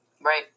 Right